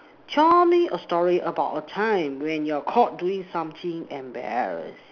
tell me a story about a time when you're caught doing something embarrass